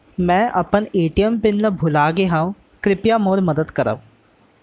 मै अपन ATM PIN ला भूलागे हव, कृपया मोर मदद करव